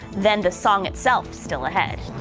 then the song itself still ahead.